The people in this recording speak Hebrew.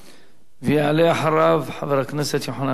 ויעלה אחריו חבר הכנסת יוחנן פלסנר.